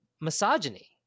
misogyny